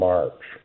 March